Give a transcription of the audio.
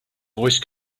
voice